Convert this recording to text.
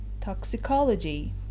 toxicology